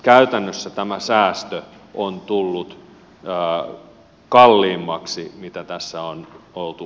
käytännössä tämä säästö on tullut kalliimmaksi kuin mitä tässä on ollut